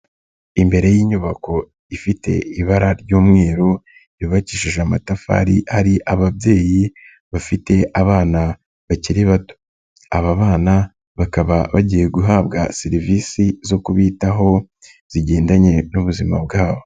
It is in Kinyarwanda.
Imbere y'inyubako ifite ibara ry'umweru yubakishije amatafari, hari ababyeyi bafite abana bakiri bato, aba bana bakaba bagiye guhabwa serivisi zo kubitaho zigendanye n'ubuzima bwabo.